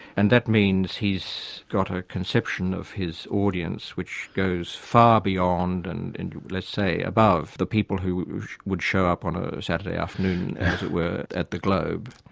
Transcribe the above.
and that means he's got a conception of his audience which goes far beyond and and, let's say above, the people who would show up on a saturday afternoon, as it were, at the globe.